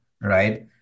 right